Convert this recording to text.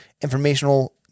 informational